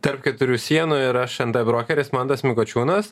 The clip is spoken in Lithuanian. tarp keturių sienų ir aš nt brokeris mantas mikočiūnas